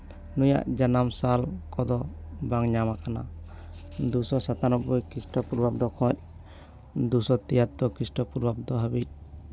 ᱱᱩᱭᱟᱜ ᱡᱟᱱᱟᱢ ᱥᱟᱞ ᱠᱚᱫᱚ ᱵᱟᱝ ᱧᱟᱢ ᱟᱠᱟᱱᱟ ᱫᱩ ᱥᱚ ᱥᱟᱛᱟᱱᱳᱵᱽᱵᱳᱭ ᱠᱷᱨᱤᱥᱴᱚ ᱯᱩᱨᱵᱟᱵᱽᱫᱚ ᱠᱷᱚᱱ ᱫᱩ ᱥᱚ ᱛᱤᱭᱟᱛᱛᱳᱨ ᱠᱷᱨᱤᱥᱴᱚ ᱯᱩᱨᱵᱟᱵᱽᱫᱚ ᱦᱟᱹᱵᱤᱡ